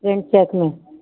print shirt में